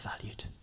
valued